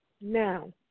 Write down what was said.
Now